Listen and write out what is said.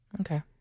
Okay